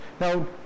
Now